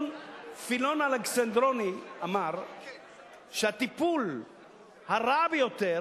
פילון האלכסנדרוני אמר שהטיפול הרע ביותר,